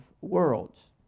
worlds